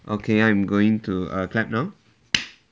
okay I am going to um clap now